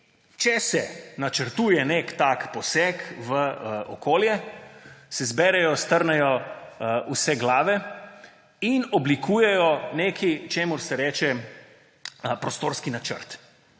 če se načrtuje nek tak poseg v okolje, se zberejo, strnejo vse glave in oblikujejo nekaj, čemur se reče prostorski načrt.